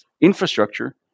infrastructure